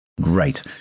great